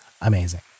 Amazing